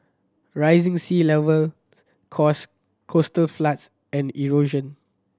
rising sea level cause coastal floods and erosion